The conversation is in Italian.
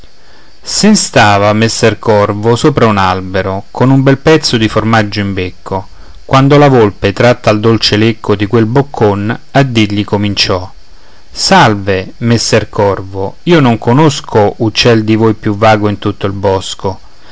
sen stava messer corvo sopra un albero con un bel pezzo di formaggio in becco quando la volpe tratta al dolce lecco di quel boccon a dirgli cominciò salve messer del corvo io non conosco uccel di voi più vago in tutto il bosco